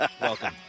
Welcome